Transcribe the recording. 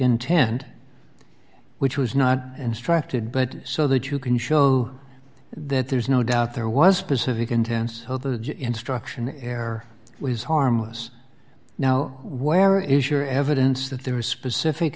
intent which was not instructed but so that you can show that there's no doubt there was a specific intense how the instruction air was harmless now where is your evidence that there was specific